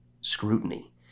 scrutiny